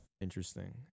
Interesting